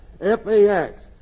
F-A-X